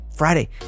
Friday